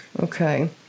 Okay